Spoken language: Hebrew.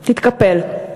תתקפל.